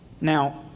Now